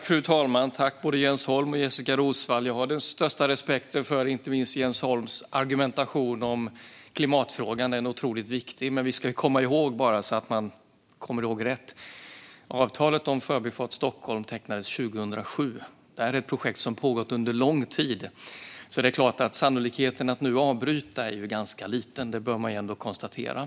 Fru talman! Tack, både Jens Holm och Jessika Roswall! Jag har den största respekt för inte minst Jens Holms argumentation om klimatfrågan. Den är otroligt viktig. Bara så att vi kommer ihåg rätt: Avtalet om Förbifart Stockholm tecknades 2007. Det här är ett projekt som har pågått under lång tid. Sannolikheten för att man ska avbryta är därför ganska liten. Det bör man ändå konstatera.